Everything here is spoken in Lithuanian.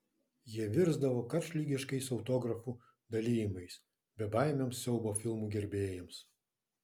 jie virsdavo karštligiškais autografų dalijimais bebaimiams siaubo filmų gerbėjams